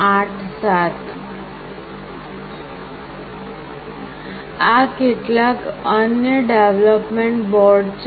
આ કેટલાક સામાન્ય ડેવલપમેન્ટ બોર્ડ છે